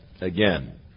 again